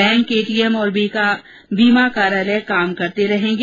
bank ATM और बीमा कार्यालय काम करते रहेंगे